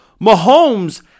Mahomes